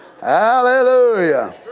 Hallelujah